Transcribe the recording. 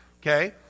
Okay